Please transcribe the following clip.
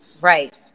Right